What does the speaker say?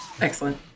Excellent